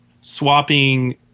swapping